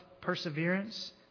perseverance